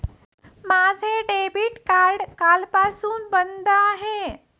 माझे debit card कालपासून बंद आहे